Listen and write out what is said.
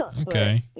Okay